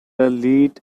lead